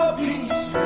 peace